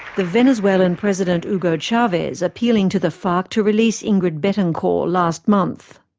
the venezuelan president, hugo chavez appealing to the farc to release ingrid betancourt last month.